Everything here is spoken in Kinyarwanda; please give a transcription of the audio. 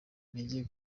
intege